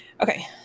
Okay